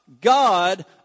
God